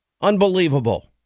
Unbelievable